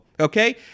Okay